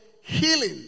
healing